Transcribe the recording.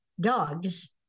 dogs